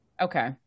Okay